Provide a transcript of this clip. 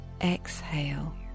exhale